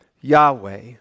Yahweh